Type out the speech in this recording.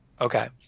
okay